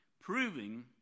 proving